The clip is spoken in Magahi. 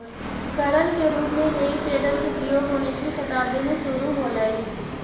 उपकरण के रूप में हेइ टेडर के प्रयोग उन्नीसवीं शताब्दी में शुरू होलइ